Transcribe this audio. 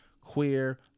queer